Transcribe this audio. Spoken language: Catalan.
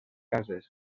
cases